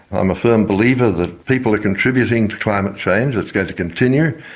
i'm a firm believer that people are contributing to climate change it's going to continue.